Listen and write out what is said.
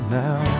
now